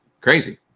Crazy